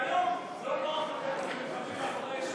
מתחבאים מאחורי יש עתיד.